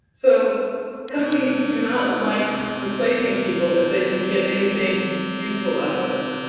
so companies do not like replacing people if they can get anything useful out of them.